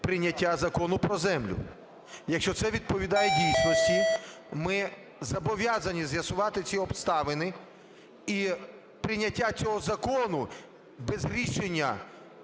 прийняття Закону про землю. Якщо це відповідає дійсності, ми зобов'язані з'ясувати ці обставини. І прийняття цього закону без рішення